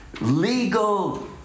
legal